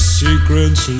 secrets